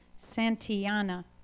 Santiana